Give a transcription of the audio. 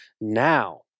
now